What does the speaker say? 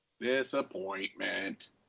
disappointment